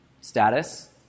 Status